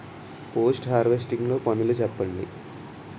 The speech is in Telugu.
పోస్ట్ హార్వెస్టింగ్ లో పనులను చెప్పండి?